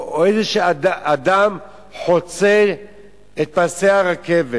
או איזשהו אדם חוצה את פסי הרכבת?